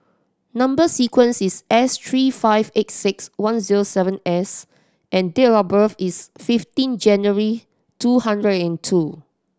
number sequence is S three five eight six one zero seven S and date of birth is fifteen January two hundred and two